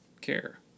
care